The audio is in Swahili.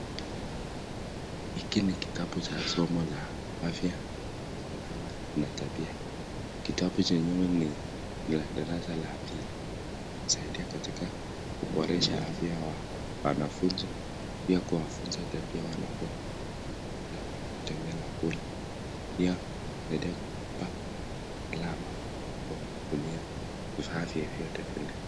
Hiki ni kitabu cha somo la afya, usalama na tabia. Kitabu chenyewe ni cha darasa la pili. Husaidia katika kuboresha afya ya wanafunzi pia kuwafunza tabia wanapozungumza, kucheza na kula. Pia hsaida kuwapa usalama wanapotumia vifaa vyote vile.